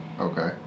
okay